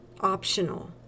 optional